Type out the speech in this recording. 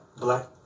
black